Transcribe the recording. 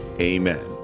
amen